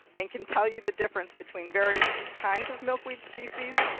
and can tell you the difference between various kinds of milkweed species,